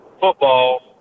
football